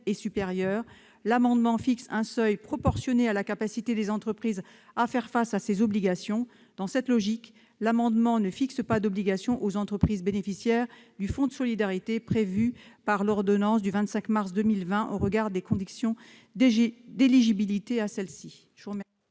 et supérieures, nous tenons compte de la capacité des entreprises à faire face à ces obligations. Dans cette logique, l'amendement n'impose pas d'obligations pour les entreprises bénéficiaires du fonds de solidarité prévu par l'ordonnance du 25 mars 2020, au regard des conditions d'éligibilité à celui-ci.